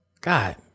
God